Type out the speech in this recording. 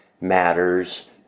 matters